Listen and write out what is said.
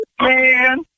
man